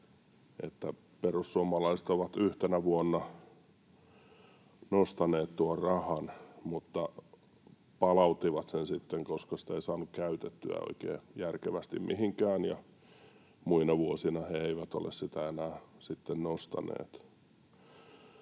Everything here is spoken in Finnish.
perussuomalaiset ovat yhtenä vuonna nostaneet tuon rahan, mutta palauttivat sen sitten, koska sitä ei saanut käytettyä oikein järkevästi mihinkään, ja muina vuosina he eivät ole sitä enää sitten nostaneet.